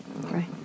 Right